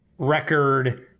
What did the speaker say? Record